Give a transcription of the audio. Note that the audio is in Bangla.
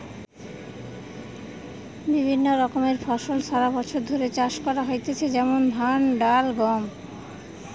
বিভিন্ন রকমের ফসল সারা বছর ধরে চাষ করা হইতেছে যেমন ধান, ডাল, গম